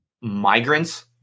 migrants